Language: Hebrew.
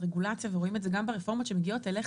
זו רגולציה ואנחנו רואים את זה גם ברפורמות שמגיעות אליך